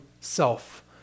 self